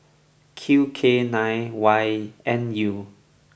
Q K nine Y N U